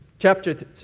Chapter